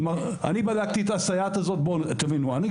אני בדקתי את הסייעות האלה.